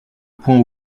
point